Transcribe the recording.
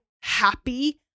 happy